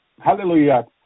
hallelujah